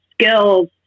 skills